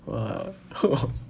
!wah! [ho] [ho]